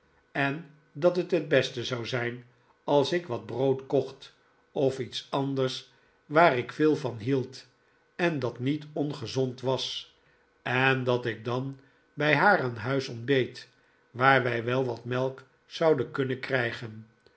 en dat het het beste zou zijn als ik wat brood kocht of iets anders op weg naarde kostschool waar ik veel van hield en dat niet ongezond was en dat ik dan bij haar aan huis ontbeet waar wij wel wat melk zouden kunnen krijgen